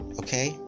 okay